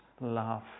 love